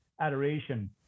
adoration